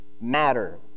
matter